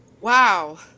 Wow